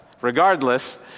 regardless